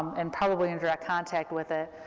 and probably in direct contact with it.